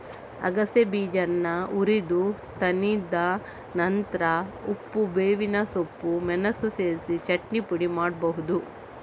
ಅಗಸೆ ಬೀಜಾನ ಹುರಿದು ತಣಿದ ನಂತ್ರ ಉಪ್ಪು, ಬೇವಿನ ಸೊಪ್ಪು, ಮೆಣಸು ಸೇರಿಸಿ ಚಟ್ನಿ ಪುಡಿ ಮಾಡ್ಬಹುದು